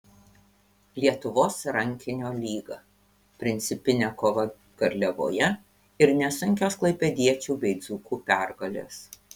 lietuvos rankinio lyga principinė kova garliavoje ir nesunkios klaipėdiečių bei dzūkų pergalės